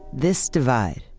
this divide,